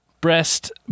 breast